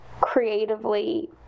creatively